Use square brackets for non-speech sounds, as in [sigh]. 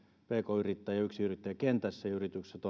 pk yrittäjien ja yksinyrittäjien kentässä ja yritykset [unintelligible]